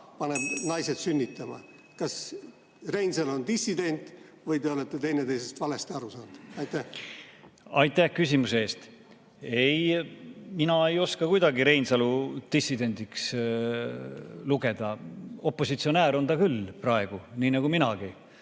paneb naised sünnitama. Kas Reinsalu on dissident või te olete teineteisest valesti aru saanud? Aitäh küsimuse eest! Ei, mina ei oska kuidagi Reinsalu dissidendiks pidada. Opositsionäär on ta küll praegu, nii nagu minagi.